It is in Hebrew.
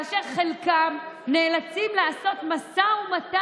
וחלקם נאלצים לנהל